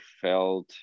felt